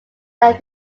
that